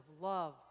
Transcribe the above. love